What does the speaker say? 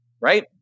right